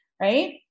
Right